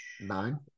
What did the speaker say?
nine